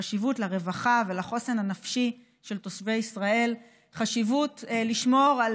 חשיבות לרווחה ולחוסן הנפשי של תושבי ישראל לשמור על